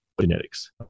genetics